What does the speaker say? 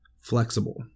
flexible